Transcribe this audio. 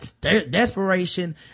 desperation